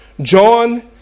John